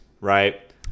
right